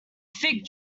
fig